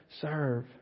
serve